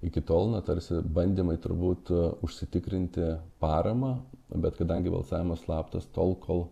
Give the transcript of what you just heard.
iki tol na tarsi bandymai turbūt užsitikrinti paramą bet kadangi balsavimas slaptas tol kol